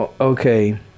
okay